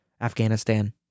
Afghanistan